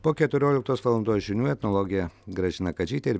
po keturioliktos valandos žinių etnologė gražina kadžytė ir